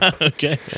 Okay